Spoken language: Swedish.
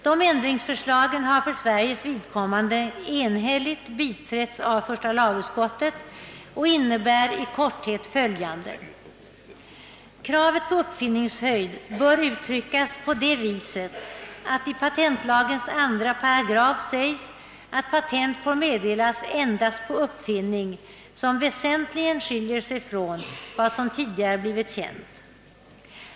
Dessa ändringsförslag har för Sveriges vidkommande enhälligt biträtts av första lagutskottet och innebär i korthet följande. Kravet på uppfinningshöjd bör uttryckas på det sättet att i patentlagens 2 § sägs att patent får meddelas endast på uppfinning som väsentligen skiljer sig från vad som tidigare blivit känt.